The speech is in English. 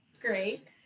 great